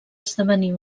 esdevenir